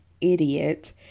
idiot